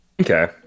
Okay